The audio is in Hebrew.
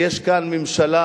מזה.